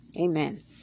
Amen